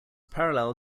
parallel